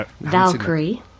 Valkyrie